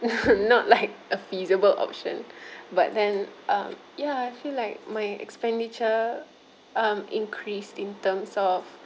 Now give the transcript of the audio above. not like a feasible option but then um ya I feel like my expenditure um increased in terms of